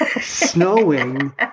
snowing